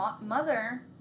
mother